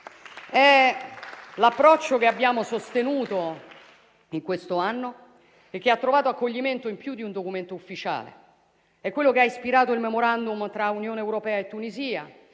È l'approccio che abbiamo sostenuto in questo anno e che ha trovato accoglimento in più di un documento ufficiale. È quello che ha ispirato il *memorandum* tra Unione europea e Tunisia